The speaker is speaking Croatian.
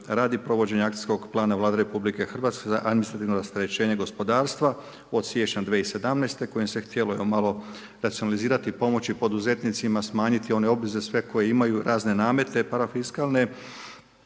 radi provođenja akcijskog plana Vlade Republike Hrvatske za administrativno rasterećenje gospodarstva od siječnja 2017. kojim se htjelo malo racionalizirati, pomoći poduzetnici, smanjiti one obveze sve koje imaju i razne namete parafiskalne.